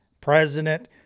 President